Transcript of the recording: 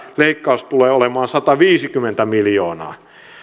leikkaus tulee olemaan sataviisikymmentä miljoonaa